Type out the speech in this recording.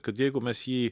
kad jeigu mes jį